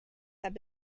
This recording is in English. have